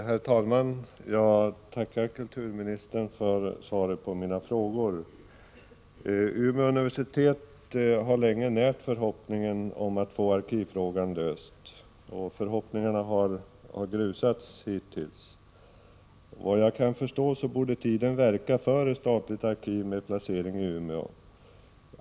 Herr talman! Jag tackar kulturministern för svaret på mina frågor. Umeå universitet har länge närt förhoppningen om att få arkivfrågan löst, men hittills har den grusats. Vad jag kan förstå borde tiden verka för ett statligt arkiv med placering i Umeå.